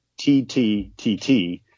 TTTT